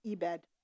Ebed